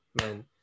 man